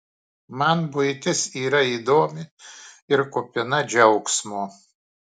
man buitis yra įdomi ir kupina džiaugsmo